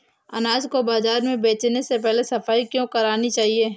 अनाज को बाजार में बेचने से पहले सफाई क्यो करानी चाहिए?